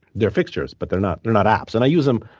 they're fixtures, but they're not not apps. and i'll use them